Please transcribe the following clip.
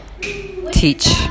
teach